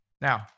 Now